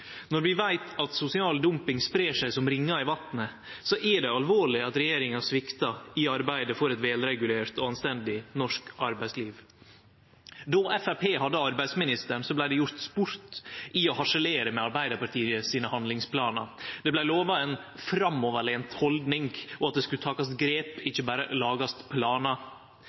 Når vi veit at sosial dumping spreier seg som ringar i vatnet, er det alvorleg at regjeringa sviktar i arbeidet for eit velregulert og anstendig norsk arbeidsliv. Då Framstegspartiet hadde arbeidsministeren, gjekk det sport i å harselere med Arbeidarpartiets handlingsplanar. Det vart lova ei «framoverlent» haldning, og at det skulle takast grep, ikkje berre lagast planar.